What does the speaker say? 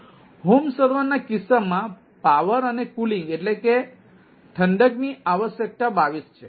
home સર્વરના કિસ્સામાં power અને કુલિંગ એટલે કે ઠંડક ની આવશ્યકતા 22 છે